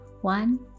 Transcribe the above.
one